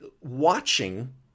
watching